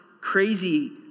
crazy